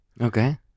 Okay